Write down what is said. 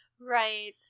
Right